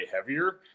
heavier